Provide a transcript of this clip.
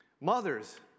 Mothers